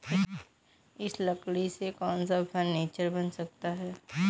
इस लकड़ी से कौन सा फर्नीचर बन सकता है?